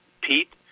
Pete